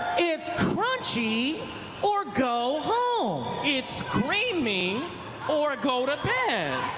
it's crunchy or go home. it's creamy or go to bed.